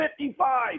55